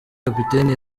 kapiteni